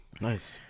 Nice